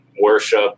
worship